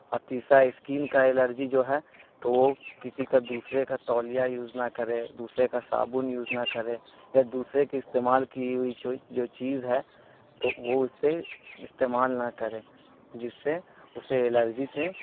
اور تیسا اسکن کا الرجی جو ہے تو وہ کسی کا دوسرے کا تولیہ یوز نہ کرے دوسرے کا صابن یوز نہ کرے یا دوسرے کے استعمال کی ہوئی چی جو چیز ہے تو وہ اس سے استعمال نہ کرے جس سے اسے الرجی سے